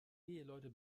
eheleute